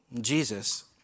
Jesus